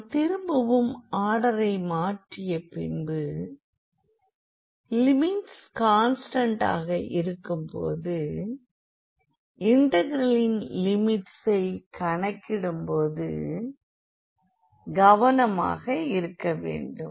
நாம் திரும்பவும் ஆர்டரை மாற்றிய பின்பு லிமிட்ஸ் கான்ஸ்டண்டாக இருக்கும் போது இன்டெகிரலின் லிமிட்ஸ் ஐ கணக்கிடும் போது கவனமாக இருக்கவேண்டும்